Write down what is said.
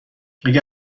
اگه